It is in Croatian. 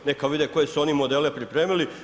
Neka vide koje su oni modele pripremili.